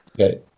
Okay